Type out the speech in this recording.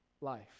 life